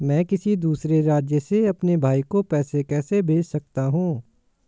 मैं किसी दूसरे राज्य से अपने भाई को पैसे कैसे भेज सकता हूं?